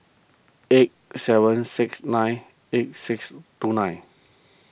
eight seven six nine eight six two nine